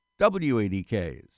WADK's